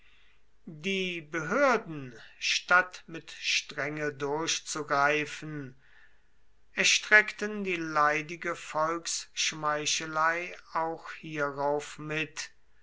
die behörden statt mit strenge durchzugreifen erstreckten die leidige volksschmeichelei auch hierauf mit